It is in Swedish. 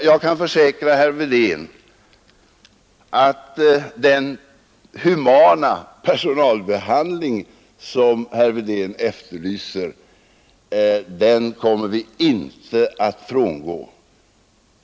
Jag kan försäkra herr Wedén att den humana personalbehandling, som herr Wedén efterlyser, kommer vi inte att frångå.